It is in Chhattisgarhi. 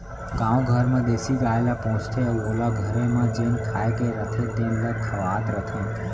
गाँव घर म देसी गाय ल पोसथें अउ ओला घरे म जेन खाए के रथे तेन ल खवावत रथें